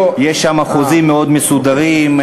יש שם חוזים מאוד מסודרים,